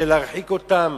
להרחיק אותם